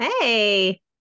Hey